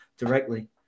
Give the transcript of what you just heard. directly